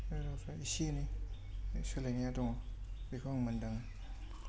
रावफोरा एसे एनै सोलायनाया दङ बेखौ आङो मोनदाङो